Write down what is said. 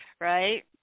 Right